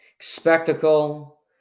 Spectacle